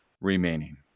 remaining